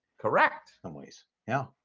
correct some ways yeah,